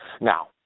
Now